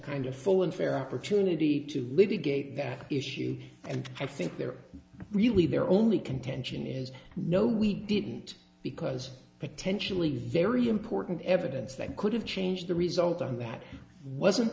kind of full and fair opportunity to litigate that issue and i think they're really their only contention is no we didn't because potentially very important evidence that could have changed the result on that wasn't